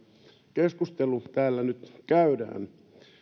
keskustelu täällä nyt käydään